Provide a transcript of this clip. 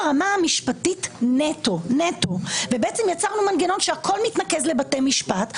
ברמה המשפטית נטו יצרנו מנגנון שהכול מתנקז לבתי משפט,